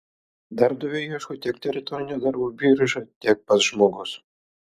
darbdavio ieško tiek teritorinė darbo birža tiek pats žmogus